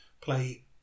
play